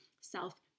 self